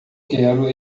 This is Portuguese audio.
quero